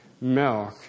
milk